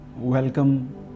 welcome